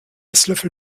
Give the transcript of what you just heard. esslöffel